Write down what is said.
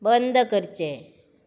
बंद करचें